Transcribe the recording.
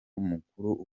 mukuru